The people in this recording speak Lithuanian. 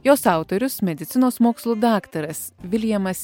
jos autorius medicinos mokslų daktaras viliamas